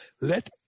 Let